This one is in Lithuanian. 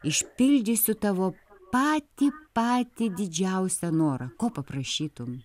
išpildysiu tavo patį patį didžiausią norą ko paprašytum